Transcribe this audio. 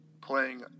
playing